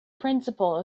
principle